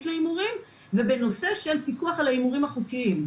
להימורים ובנושא של פיקוח על ההימורים החוקיים.